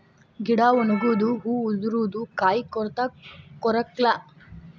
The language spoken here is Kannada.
ಗಿಡಾ ಒಣಗುದು ಹೂ ಉದರುದು ಕಾಯಿ ಕೊರತಾ ಕೊರಕ್ಲಾ